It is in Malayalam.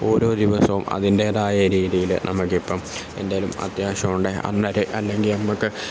ഓരോ ദിവസവും അതിൻറ്റേതായ രീതിയിൽ നമുക്കിപ്പം എന്തെങ്കിലും അത്യാവശ്യമുണ്ടെങ്കിൽ അന്നേരം അല്ലെങ്കിൽ നമുക്ക്